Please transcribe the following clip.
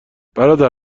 برادر